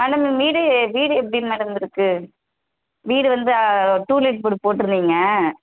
madam வீடு வீடு எப்படி மேடம் இருக்குது வீடு வந்து டூலேட் போடு போட்டிருந்தீங்க